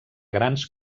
grans